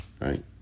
right